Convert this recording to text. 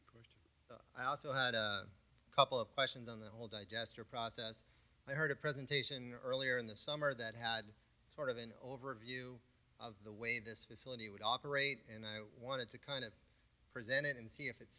components i also had a couple of questions on the whole digester process i heard a presentation earlier in the summer that had sort of an overview of the way this facility would operate and i wanted to kind of present it and see if it's